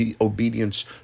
obedience